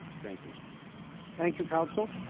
thank you thank you counsel